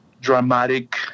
dramatic